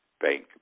bank